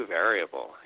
variable